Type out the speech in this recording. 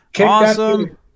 awesome